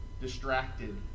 distracted